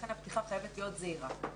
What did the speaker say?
לכן הפתיחה חייבת להיות זהירה.